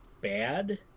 bad